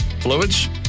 Fluids